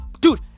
Dude